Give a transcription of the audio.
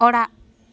ᱚᱲᱟᱜ